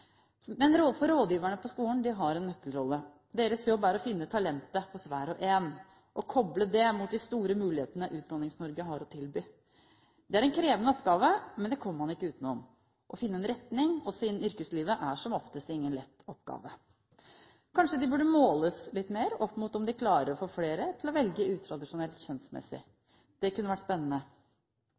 men det kommer man ikke utenom. Å finne en retning, også inn i yrkeslivet, er som oftest ingen lett oppgave. Kanskje de burde måles litt mer opp mot om de klarer å få flere til å velge utradisjonelt kjønnsmessig. Det kunne vært spennende.